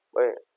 right